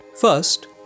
First